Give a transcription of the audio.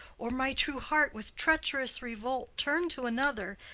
or my true heart with treacherous revolt turn to another,